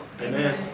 Amen